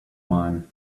mine